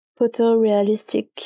photorealistic